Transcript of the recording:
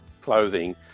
clothing